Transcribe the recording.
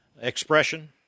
expression